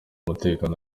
umutekano